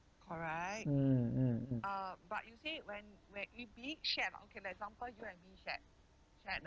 mm mm mm